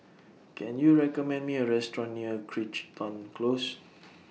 Can YOU recommend Me A Restaurant near Crichton Close